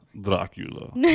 Dracula